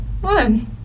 one